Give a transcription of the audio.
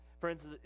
Friends